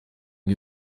ngo